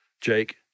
Jake